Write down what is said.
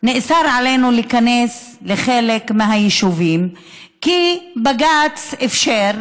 נאסר עלינו להיכנס לחלק מהיישובים כי בג"ץ אִפשר,